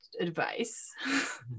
advice